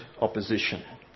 opposition